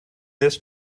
this